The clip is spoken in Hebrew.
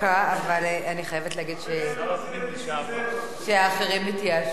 אבל אני חייבת להגיד שהאחרים התייאשו כנראה.